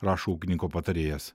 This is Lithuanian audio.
rašo ūkininko patarėjas